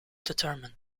determined